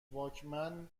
واکمن